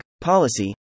Policy